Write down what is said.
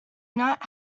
not